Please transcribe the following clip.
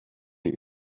over